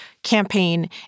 campaign